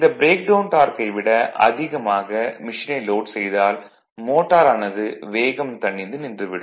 இந்த ப்ரேக்டவுன் டார்க்கை விட அதிகமாக மெஷினை லோட் செய்தால் மோட்டாரானது வேகம் தணிந்து நின்றுவிடும்